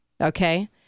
okay